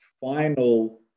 final